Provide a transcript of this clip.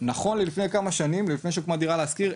נכון לעד לפני כמה שנים ולפני שהוקמה "דירה להשכיר",